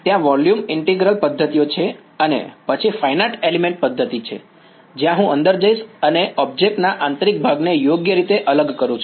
ત્યાં volume integral પદ્ધતિ છે અને પછી ફાઈનાઈટ એલિમેંટ પદ્ધતિ છે જ્યાં હું અંદર જઈશ અને ઑબ્જેક્ટ ના આંતરિક ભાગને યોગ્ય રીતે અલગ કરું છું